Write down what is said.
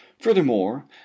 Furthermore